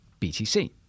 BTC